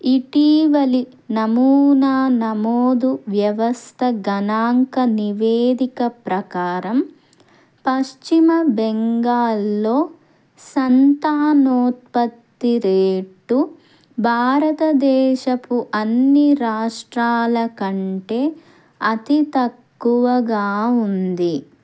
ఇటీవలి నమూనా నమోదు వ్యవస్థ గణాంక నివేదిక ప్రకారం పశ్చిమ బెంగాల్లో సంతానోత్పత్తి రేటు భారతదేశపు అన్ని రాష్ట్రాల కంటే అతి తక్కువగా ఉంది